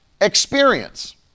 experience